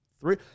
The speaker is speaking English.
three